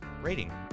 rating